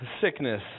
sickness